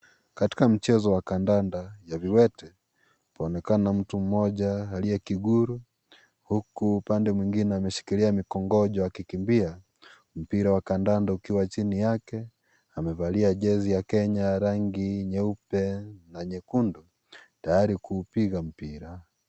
Katika mchezo wa kandanda ya viwete, waonekana mtu mmoja aliyekiguru, huku upande mwingine ameshikilia mikongojo akikimbia. Mpira wa kandanda ukiwa chini yake, amevalia jezi ya Kenya ya rangi nyeupe na nyekundu, tayari kuupiga mpira.